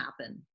happen